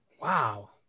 Wow